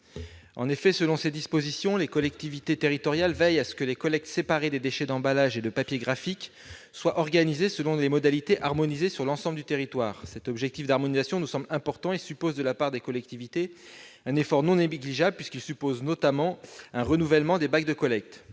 Selon ces dispositions, les collectivités territoriales veillent à ce que la collecte séparée des déchets d'emballage et de papiers graphiques soit organisée selon des modalités harmonisées sur l'ensemble du territoire. Cet objectif d'harmonisation nous semble important. Il suppose de la part des collectivités un effort non négligeable, puisqu'il implique notamment un renouvellement des bacs de collecte.